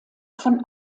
von